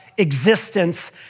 existence